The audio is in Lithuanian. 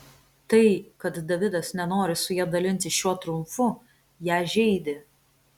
tai kad davidas nenori su ja dalintis šiuo triumfu ją žeidė